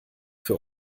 für